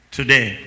today